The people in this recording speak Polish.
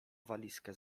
walizkę